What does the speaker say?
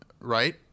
right